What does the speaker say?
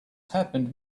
happened